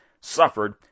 suffered